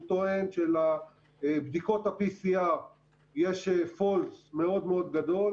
הוא טוען שלבדיקות ה-PCR יש false מאוד מאוד גדול,